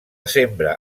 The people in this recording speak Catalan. sembra